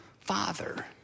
Father